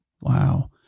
Wow